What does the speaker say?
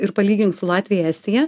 ir palygink su latvija estija